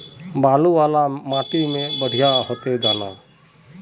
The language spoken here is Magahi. बालू वाला माटी में बढ़िया होते दाना?